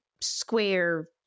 square